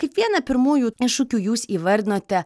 kaip vieną pirmųjų iššūkių jūs įvardinote